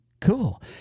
cool